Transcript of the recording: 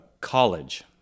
college